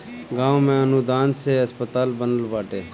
गांव में अनुदान से अस्पताल बनल बाटे